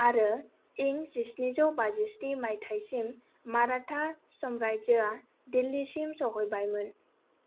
आरो इं जिस्निजौ बाजिस्नि माइथायसिम माराठा साम्रायजोआ दिल्लीसिम सौहैबायमोन